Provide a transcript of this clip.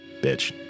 Bitch